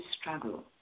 struggle